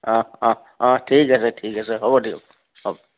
অঁহ অঁহ অঁহ ঠিক আছে ঠিক আছে হ'ব দিয়ক হ'ব